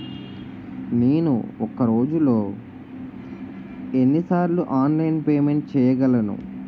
నేను ఒక రోజులో ఎన్ని సార్లు ఆన్లైన్ పేమెంట్ చేయగలను?